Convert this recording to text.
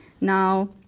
Now